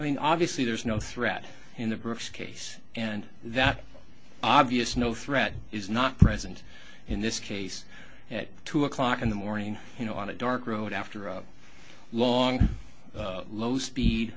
mean obviously there's no threat in the groups case and that obvious no threat is not present in this case at two o'clock in the morning you know on a dark road after a long low speed